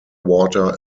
water